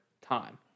time